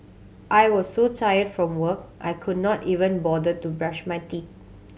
I was so tired from work I could not even bother to brush my teeth